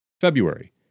February